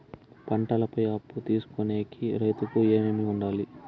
పంటల పై అప్పు తీసుకొనేకి రైతుకు ఏమేమి వుండాలి?